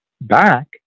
back